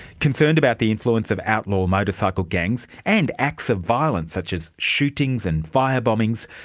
concerned about the influence of outlaw motor cycle gangs and acts of violence such as shootings and fire-bombings,